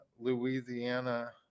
Louisiana